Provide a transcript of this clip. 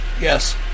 Yes